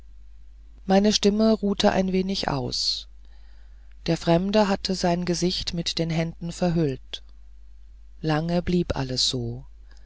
meine stimme ruhte ein wenig aus der fremde hatte sein gesicht mit den händen verhüllt lange blieb alles so